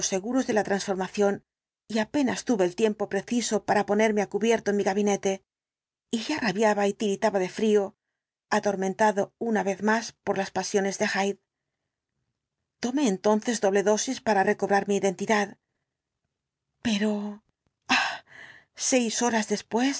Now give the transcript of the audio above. seguros de la transformación y apenas tuve el tiempo preciso para ponerme á cubierto en mi gabinete y ya rabiaba y tiritaba de frío atormentado una vez más por las pasiones de hyde tomé entonces doble dosis para recobrar mi identidad pero hay seis horas después